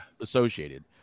associated